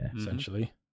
essentially